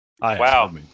Wow